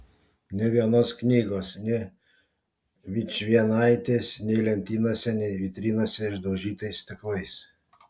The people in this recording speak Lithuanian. nė vienos knygos nė vičvienaitės nei lentynose nei vitrinose išdaužytais stiklais